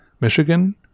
Michigan